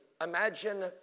imagine